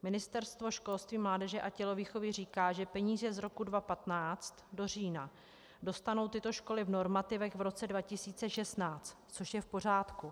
Ministerstvo školství, mládeže a tělovýchovy říká, že peníze z roku 2015 do října dostanou tyto školy v normativech v roce 2016, což je v pořádku.